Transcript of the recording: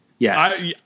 Yes